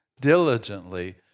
diligently